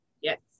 Yes